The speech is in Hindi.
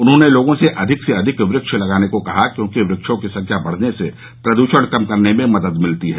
उन्होंने लोगों से अधिक से अधिक वृक्ष लगाने को कहा क्योंकि वृक्षों की संख्या बढने से प्रदूषण कम करने में मदद मिलती है